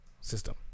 system